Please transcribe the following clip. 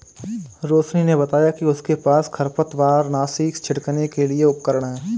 रोशिनी ने बताया कि उसके पास खरपतवारनाशी छिड़कने के लिए उपकरण है